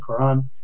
Quran